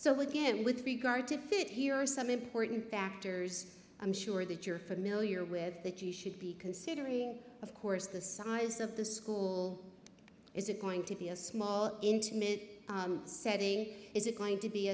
so again with regard to fit here are some important factors i'm sure that you're familiar with that you should be considering of course the size of the school is it going to be a small intimate setting is it going to be